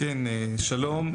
שלום,